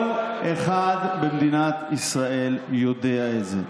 כל אחד במדינת ישראל יודע את זה.